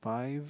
five